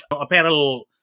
apparel